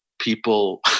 people